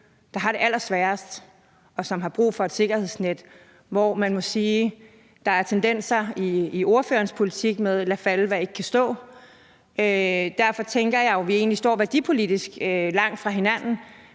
der har det allersværest, og som har brug for et sikkerhedsnet, og hvor man må sige, at der er tendenser i ordførerens politik i retning af: Lad falde, hvad ikke kan stå. Derfor tænker jeg, at vi egentlig værdipolitisk står langt fra hinanden,